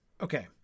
Okay